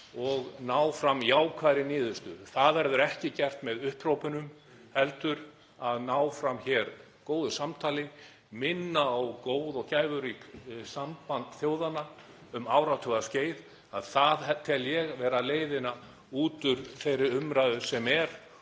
og ná fram jákvæðri niðurstöðu. Það verður ekki gert með upphrópunum heldur því að ná fram góðu samtali og minna á gott og gæfuríkt samband þjóðanna um áratugaskeið. Það tel ég vera leiðina út úr þeirri umræðu sem er